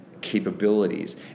Capabilities